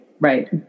right